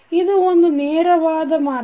ಇದು ಒಂದು ನೇರವಾದ ಮಾರ್ಗ